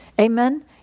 Amen